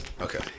okay